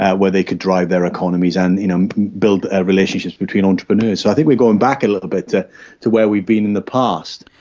where they could drive their economies and you know build ah relationships between entrepreneurs. so i think we've gone back a little bit to to where we've been in the past.